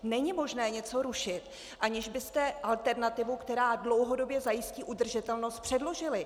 Není možné něco rušit, aniž byste alternativu, která dlouhodobě zajistí udržitelnost, předložili.